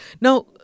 Now